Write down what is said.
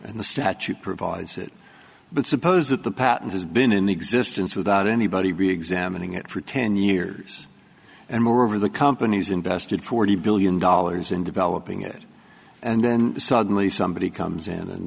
and the statute provides it but suppose that the patent has been in existence without anybody really examining it for ten years and moreover the companies invested forty billion dollars in developing it and then suddenly somebody comes in and